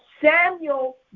Samuel